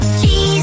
cheese